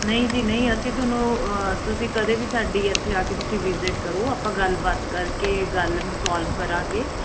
ਨਹੀਂ ਜੀ ਨਹੀਂ ਅਸੀਂ ਤੁਹਾਨੂੰ ਤੁਸੀਂ ਕਦੇ ਵੀ ਸਾਡੀ ਇੱਥੇ ਆ ਕੇ ਤੁਸੀਂ ਵਿਜਿਟ ਕਰੋ ਆਪਾਂ ਗੱਲਬਾਤ ਕਰਕੇ ਗੱਲ ਨੂੰ ਸੋਲਵ ਕਰਾਂਗੇ